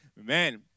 amen